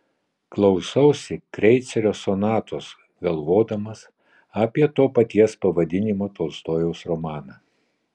klausausi kreicerio sonatos galvodamas apie to paties pavadinimo tolstojaus romaną